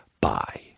bye